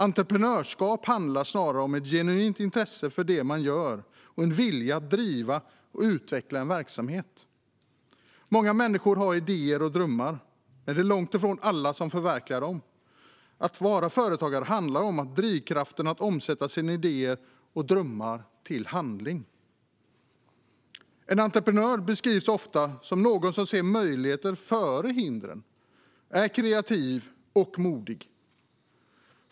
Entreprenörskap handlar snarare om ett genuint intresse för det man gör och en vilja att driva och utveckla en verksamhet. Många människor har idéer och drömmar, men det är långt ifrån alla som förverkligar dem. Att vara företagare handlar om att ha drivkraften att omsätta sina idéer och drömmar till handling. En entreprenör beskrivs ofta som någon som ser möjligheter före hinder och är kreativ och modig.